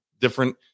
different